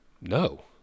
no